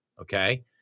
okay